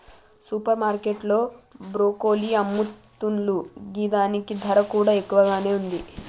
super market లో broccoli అమ్ముతున్లు గిదాని ధర కూడా ఎక్కువగానే ఉంది